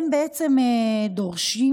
הם דורשים: